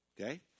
okay